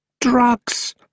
Drugs